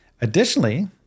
Additionally